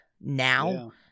now